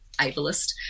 ableist